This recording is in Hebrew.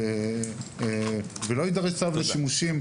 ולא יידרש צו לשימושים,